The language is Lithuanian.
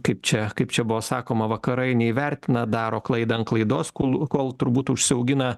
kaip čia kaip čia buvo sakoma vakarai neįvertina daro klaidą ant klaidos kol kol turbūt užsiaugina